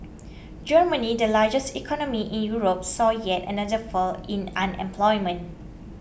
Germany the largest economy in Europe saw yet another fall in unemployment